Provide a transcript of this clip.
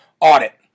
Audit